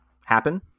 happen